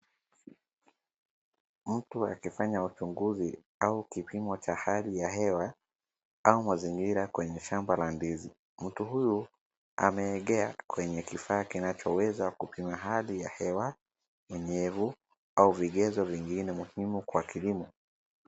Mtu akifanya uchunguzi au kipimo cha hali ya hewa au mazingira kwenye shamba ya ndizi. Mtu huyu ameegea kwenye kifaa kinachoweza kupima hali ya hewa, unyevu au vigezo vingine muhimu kwa kilimo.